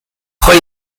gooi